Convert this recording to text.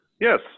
Yes